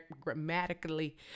grammatically